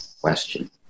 question